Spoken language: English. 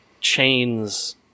chains